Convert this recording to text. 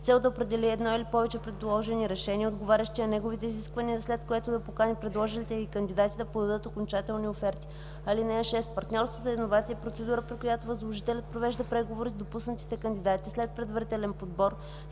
цел да определи едно или повече предложени решения, отговарящи на неговите изисквания, след което да покани предложилите ги кандидати да подадат окончателни оферти. (6) Партньорство за иновации е процедура, при която възложителят провежда преговори с допуснатите кандидати след предварителен подбор